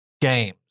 Games